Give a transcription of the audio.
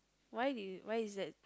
why did you why is that